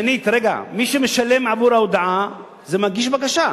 שלי כרגע: מי שמשלם עבור ההודעה זה מגיש הבקשה.